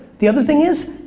the other thing is,